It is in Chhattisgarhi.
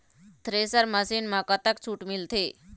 थ्रेसर मशीन म कतक छूट मिलथे?